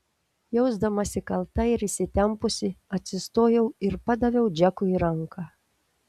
jausdamasi kalta ir įsitempusi atsistojau ir padaviau džekui ranką